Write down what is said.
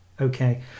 Okay